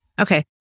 Okay